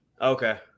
Okay